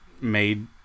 made